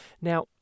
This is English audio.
Now